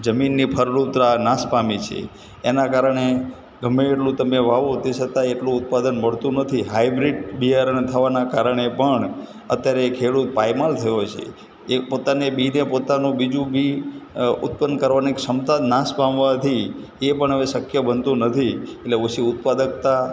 જમીનની ફળદ્રુપતા નાશ પામી છે એના કારણે ગમે એટલું તમે વાવો તે છતાંય એટલું ઉત્પાદન મળતું નથી હાઈબ્રિડ બિયારણો થવાના કારણે પણ અત્યારે ખેડૂત પાયમાલ થયો છે એ પોતાની બીને પોતાનું બીજું બી ઉત્પન્ન કરવાની ક્ષમતા નાશ પામવાથી એ પણ શક્ય બનતું નથી એટલે ઓછી ઉત્પાદકતા